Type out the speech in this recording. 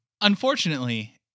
Unfortunately